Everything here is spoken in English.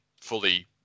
fully